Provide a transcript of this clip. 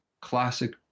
classic